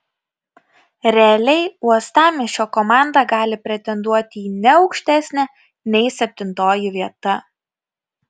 realiai uostamiesčio komanda gali pretenduoti į ne aukštesnę nei septintoji vieta